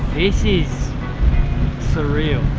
this is surreal.